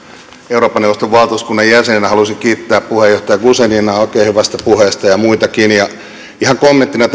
eurooppa neuvoston valtuuskunnan jäsenenä haluaisin kiittää puheenjohtaja guzeninaa ja muitakin oikein hyvästä puheesta ihan kommenttina